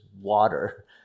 water